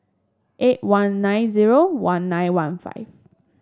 eight one nine zero one nine one five